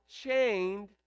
chained